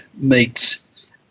meets